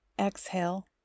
exhale